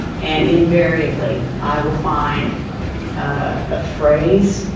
and, invariably, i will find a phrase,